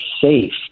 safe